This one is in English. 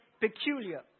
peculiar